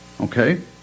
okay